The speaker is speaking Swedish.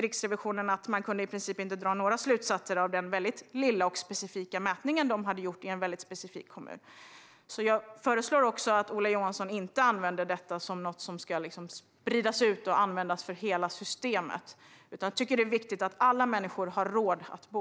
Riksrevisionen tyckte att man i princip inte kunde dra några slutsatser av den lilla och specifika mätning de hade gjort i en specifik kommun. Jag föreslår att Ola Johansson inte använder detta som något som ska spridas ut och tillämpas på hela systemet. Jag tycker att det är viktigt att alla människor har råd att bo.